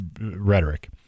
rhetoric